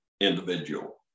individual